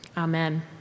Amen